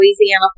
Louisiana